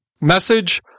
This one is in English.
message